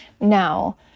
Now